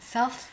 Self